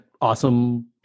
awesome